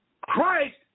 Christ